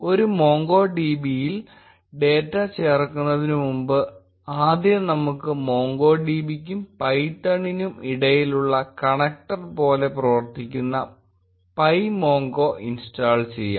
ഒരു MongoDBയിൽ ഡേറ്റ ചേർക്കുന്നതിനുമുമ്പ് ആദ്യം നമുക്ക് MongoDB ക്കും പൈത്തണിനും ഇടയിലുള്ള കണക്റ്റർ പോലെ പ്രവർത്തിക്കുന്ന pymongo ഇൻസ്റ്റാൾ ചെയ്യാം